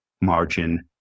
margin